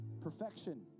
perfection